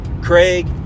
Craig